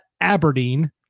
aberdeen